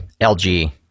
LG